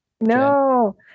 No